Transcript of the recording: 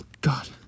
God